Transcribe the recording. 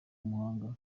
muhanga